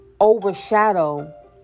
overshadow